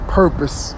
purpose